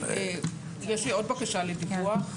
יש לי עוד בקשה לדיווח.